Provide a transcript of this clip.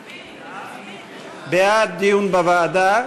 בעד, דיון בוועדה,